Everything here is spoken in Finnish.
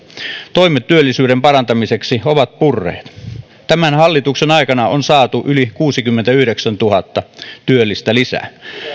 toimet työllisyyden parantamiseksi ovat purreet tämän hallituksen aikana on saatu yli kuusikymmentäyhdeksäntuhatta työllistä lisää